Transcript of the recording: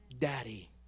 Daddy